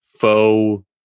faux